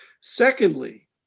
Secondly